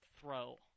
throw